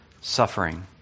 suffering